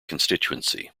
constituency